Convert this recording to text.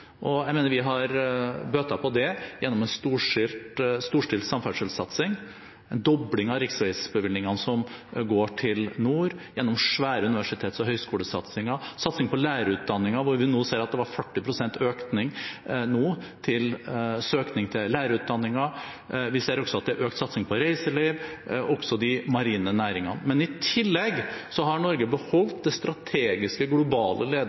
Jeg mener vi har bøtt på det gjennom en storstilt samferdselssatsing, en dobling av riksveibevilgningene som går til nord, gjennom svære universitets- og høyskolesatsinger, satsing på lærerutdanningen, hvor vi nå ser 40 pst. økning i søkningen, og vi ser også at det er økt satsing på reiseliv og de marine næringene. Men i tillegg har Norge beholdt det strategiske globale